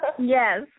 Yes